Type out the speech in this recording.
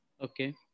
Okay